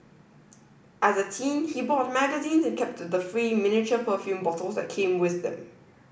as a teen he bought magazines and kept the free miniature perfume bottles that came with them